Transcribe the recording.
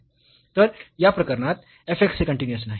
तर या प्रकरणात f x हे कन्टीन्यूअस नाही